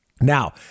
Now